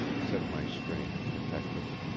said my strange protectress,